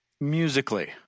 musically